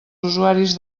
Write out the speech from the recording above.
usuaris